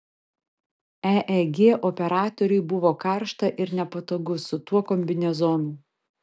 eeg operatoriui buvo karšta ir nepatogu su tuo kombinezonu